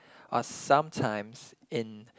or sometimes in